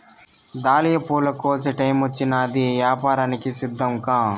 dahlia పూల కోసే టైమొచ్చినాది, యాపారానికి సిద్ధంకా